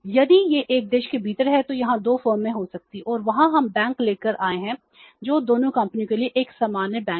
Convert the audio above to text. यदि यह 1 देश के भीतर है तो यहां 2 फर्में हो सकती हैं और वहां हम बैंक लेकर आए हैं जो दोनों कंपनियों के लिए एक सामान्य बैंक है